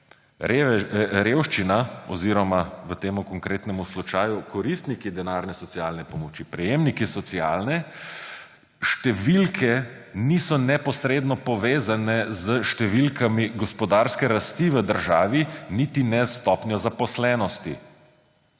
Revščina oziroma v tem konkretnem slučaju koristniki denarne socialne pomoči, prejemniki socialne – številke niso neposredno povezane s številkami gospodarske rasti v državi niti ne s stopnjo zaposlenosti.